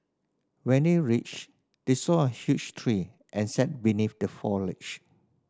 when they reached they saw a huge tree and sat beneath the foliage